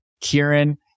Kieran